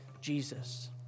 Jesus